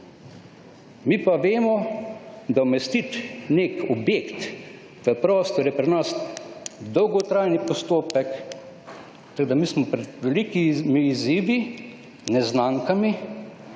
Mi pa vemo, da umestiti nek objekt v prostor, je pri nas dolgotrajni postopek. Tako da smo mi pred velikimi izzivi, neznankami.